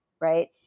right